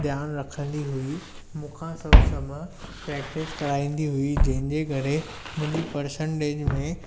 ध्यानु रखंदी हुई मुखां सभ सम प्रैक्टिस कराईंदी हुई जंहिंजे करे मुंहिंजी परसेंटेज में